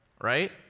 right